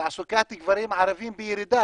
תעסוקת גברים ערבים בירידה,